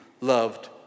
loved